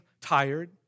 tired